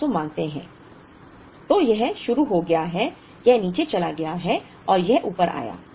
तो यह शुरू हो गया है यह नीचे चला गया और यह ऊपर आया